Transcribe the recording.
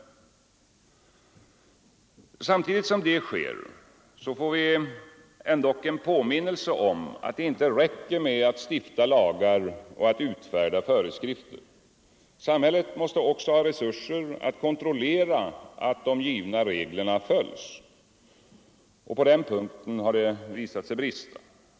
Samtidigt som detta sker får vi dock en påminnelse om att det inte räcker med att stifta lagar och utfärda föreskrifter. Samhället måste också ha resurser att kontrollera att de givna reglerna följs. På den punkten har det visat sig brista.